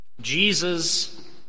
Jesus